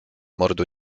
mordu